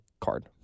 card